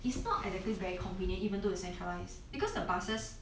it's not exactly very convenient even though it's centralised because the buses